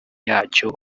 yacyo